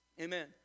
Amen